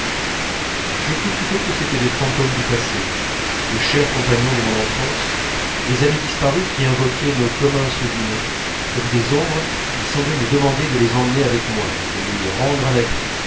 je crus plutôt que c'étaient des fantômes du passé de chers compagnons de mon enfance des amis disparus qui invoquaient nos communs souvenirs comme des ombres ils semblaient me demander de les emmener avec moi de les rendre à la vie